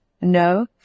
No